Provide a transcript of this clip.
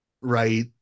right